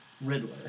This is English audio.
Riddler